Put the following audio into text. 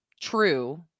true